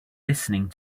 listening